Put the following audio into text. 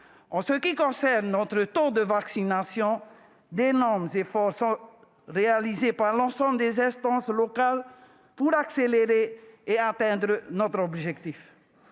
En matière de taux de vaccination, d'énormes efforts sont réalisés par l'ensemble des instances locales pour accélérer la campagne et atteindre notre objectif.